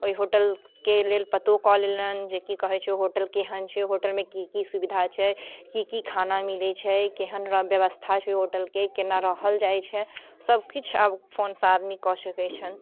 ओइ होटल के लेल पतो कऽ लेलनि जे कि कहै छै होटल केहन छै होटलमे की की सुबिधा छै की की खाना मिलै छै केहेन ब्यवस्था छै होटलके केना रहल जाइ छै सभकिछु आब फोन सँ आदमी कऽ सकै छनि